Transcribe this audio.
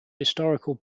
historical